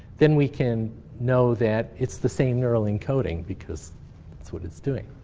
then we can know that it's the same neural encoding, because that's what it's doing.